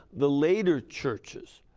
the later churches.